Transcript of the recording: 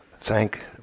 thank